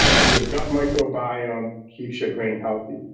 because your gut microbiome keeps your brain healthy.